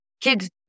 kids